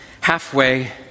halfway